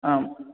आम्